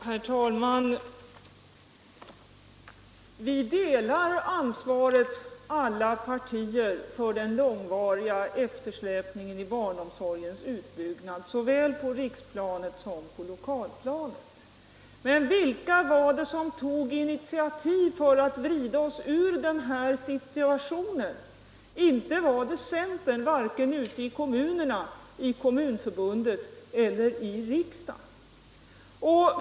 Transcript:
Herr talman! Alla partier delar ansvaret för den långvariga eftersläpningen i barnomsorgens utbyggnad såväl på riksplanet som på lokalplanet. Men vilka var det som tog initiativ för att vrida oss ur denna situation? Inte var det centern — varken ute i kommunerna, i Kommunförbundet eller i riksdagen.